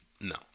No